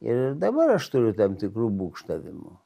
ir dabar aš turiu tam tikrų būgštavimų